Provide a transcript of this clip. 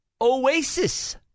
oasis